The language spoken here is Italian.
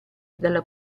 dalla